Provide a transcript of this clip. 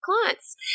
clients